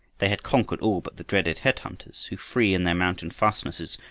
they had conquered all but the dreaded head-hunters, who, free in their mountain fastnesses,